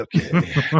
okay